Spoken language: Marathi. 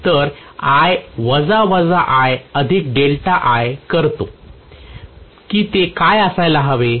तर I वजा वजा I अधिक डेल्टा I करतो की ते काय असायला हवे होते